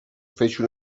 fece